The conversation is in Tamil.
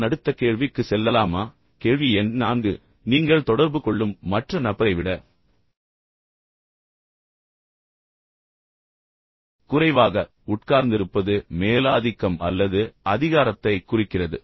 நான் அடுத்த கேள்விக்கு செல்லலாமா கேள்வி எண் 4 நீங்கள் தொடர்பு கொள்ளும் மற்ற நபரை விட குறைவாக உட்கார்ந்திருப்பது மேலாதிக்கம் அல்லது அதிகாரத்தைக் குறிக்கிறது